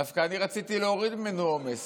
דווקא אני רציתי להוריד ממנו עומס,